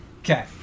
Okay